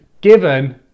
given